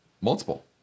multiple